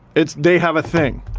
it's they have a thing.